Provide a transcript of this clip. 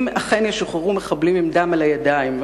אם אכן ישוחררו מחבלים עם דם על הידיים,